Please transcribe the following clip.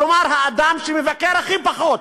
כלומר את האדם שמבקר הכי פחות.